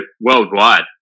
worldwide